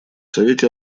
совете